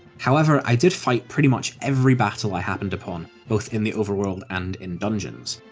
however, i did fight pretty much every battle i happened upon, both in the overworld and in dungeons.